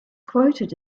quoted